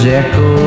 echo